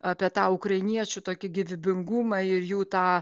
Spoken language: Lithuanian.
apie tą ukrainiečių tokį gyvybingumą ir jų tą